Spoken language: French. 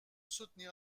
soutenir